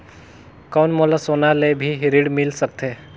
कौन मोला सोना ले भी ऋण मिल सकथे?